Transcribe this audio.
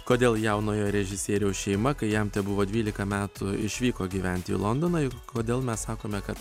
kodėl jaunojo režisieriaus šeima kai jam tebuvo dvylika metų išvyko gyventi į londoną ir kodėl mes sakome kad